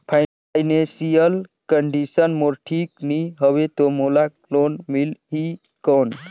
Financial condition मोर ठीक नी हवे तो मोला लोन मिल ही कौन??